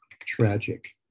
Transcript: tragic